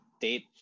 date